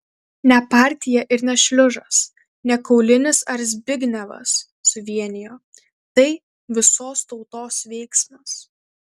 ne partija ir ne šliužas ne kaulinis ar zbignevas suvienijo tai visos tautos veiksmas